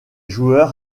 joueurs